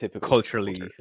culturally